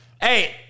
Hey